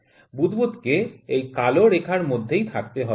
বুদবুদকে এই কালো রেখার মধ্যেই থাকতে হবে